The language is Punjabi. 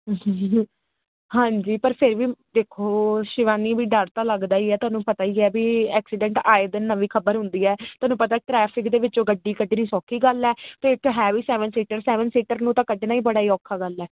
ਹਾਂਜੀ ਪਰ ਫਿਰ ਵੀ ਦੇਖੋ ਸ਼ਿਵਾਨੀ ਵੀ ਡਰ ਤਾਂ ਲੱਗਦਾ ਹੀ ਤੁਹਾਨੂੰ ਪਤਾ ਹੀ ਹੈ ਵੀ ਐਕਸੀਡੈਂਟ ਆਏ ਦਿਨ ਨਵੀਂ ਖਬਰ ਹੁੰਦੀ ਹੈ ਤੁਹਾਨੂੰ ਪਤਾ ਟ੍ਰੈਫਿਕ ਦੇ ਵਿੱਚੋਂ ਗੱਡੀ ਕੱਢਣੀ ਸੌਖੀ ਗੱਲ ਹ ਤੇ ਇੱਕ ਹੈ ਵੀ ਸੈਵਨ ਸੀਟਰ ਨੂੰ ਤਾਂ ਕੱਢਣਾ ਹੀ ਬੜਾ ਔਖਾ ਗੱਲ ਹ